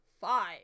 five